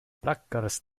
braggers